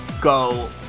go